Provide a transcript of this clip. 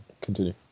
continue